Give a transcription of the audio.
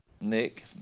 Nick